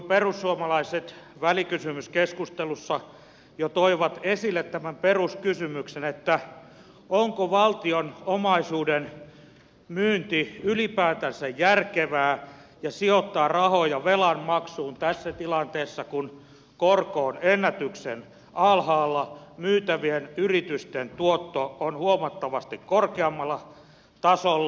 perussuomalaiset jo välikysymyskeskustelussa toivat esille tämän peruskysymyksen onko valtion omaisuuden myynti ja rahojen sijoittaminen velanmaksuun ylipäätänsä järkevää tässä tilanteessa kun korko on ennätyksellisen alhaalla ja myytävien yritysten tuotto on huomattavasti korkeammalla tasolla